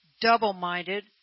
double-minded